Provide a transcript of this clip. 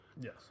Yes